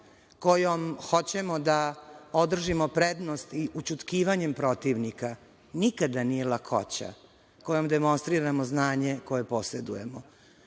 kojom hoćemo da održimo prednost i ućutkivanjem protivnika nikada nije lakoća kojom demonstriramo znanje koje posedujemo,